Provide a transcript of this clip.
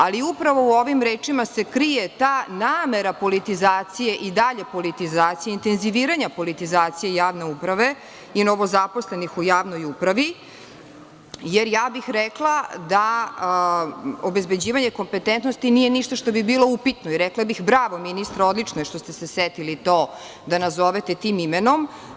Ali, upravo u ovim rečima se krije ta namera politizacije i dalje politizacije, intenziviranja politizacije javne uprave, i novozaposlenih u javnoj upravi, jer ja bih rekla, da obezbeđivanje kompetentnosti nije ništa što bi bilo upitno i rekla bih – bravo ministre, odlično je što se setili to da nazovete tim imenom.